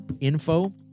info